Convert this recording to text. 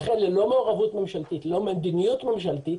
לכן ללא מעורבות ממשלתית, ללא מדיניות ממשלתית,